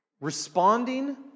Responding